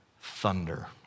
thunder